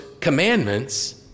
commandments